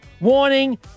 warning